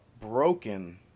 broken –